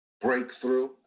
breakthrough